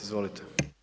Izvolite.